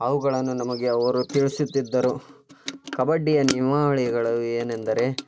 ಅವುಗಳನ್ನು ನಮಗೆ ಅವರು ತಿಳಿಸುತ್ತಿದ್ದರು ಕಬಡ್ಡಿಯ ನಿಯಮಾವಳಿಗಳು ಏನೆಂದರೆ